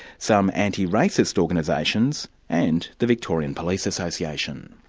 some anti-racist organisations and the victorian police association.